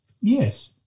Yes